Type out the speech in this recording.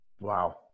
Wow